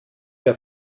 der